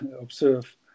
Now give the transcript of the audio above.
observe